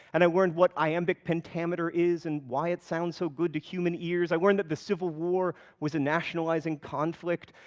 and i learned what iambic pentameter is and why it sounds so good to human ears. i learned that the civil war was a nationalizing conflict,